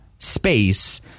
space